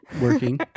working